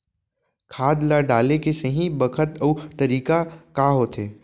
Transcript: खाद ल डाले के सही बखत अऊ तरीका का होथे?